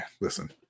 listen